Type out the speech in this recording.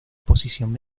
posición